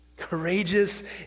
courageous